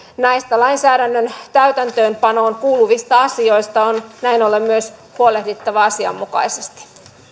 näistä lainsäädännön täytäntöönpanoon kuuluvista asioista on näin ollen myös huolehdittava asianmukaisesti